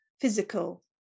physical